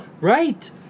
Right